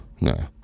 No